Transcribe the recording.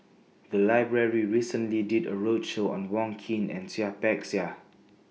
The Library recently did A roadshow on Wong Keen and Seah Peck Seah